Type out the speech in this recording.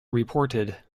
reported